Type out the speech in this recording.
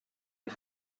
and